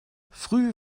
früh